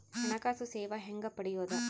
ಹಣಕಾಸು ಸೇವಾ ಹೆಂಗ ಪಡಿಯೊದ?